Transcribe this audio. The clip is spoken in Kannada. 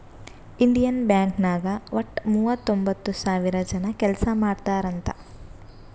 ಇಂಡಿಯನ್ ಬ್ಯಾಂಕ್ ನಾಗ್ ವಟ್ಟ ಮೂವತೊಂಬತ್ತ್ ಸಾವಿರ ಜನ ಕೆಲ್ಸಾ ಮಾಡ್ತಾರ್ ಅಂತ್